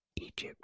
Egypt